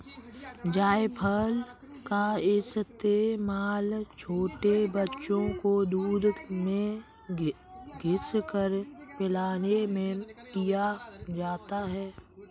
जायफल का इस्तेमाल छोटे बच्चों को दूध में घिस कर पिलाने में किया जाता है